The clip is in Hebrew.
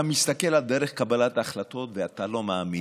אתה מסתכל על דרך קבלת ההחלטות ואתה לא מאמין.